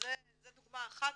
זה דוגמה אחת,